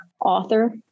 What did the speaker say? author